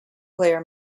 player